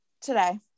today